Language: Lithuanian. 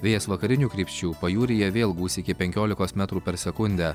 vėjas vakarinių krypčių pajūryje vėl gūsiai iki penkiolikos metrų per sekundę